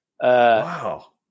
Wow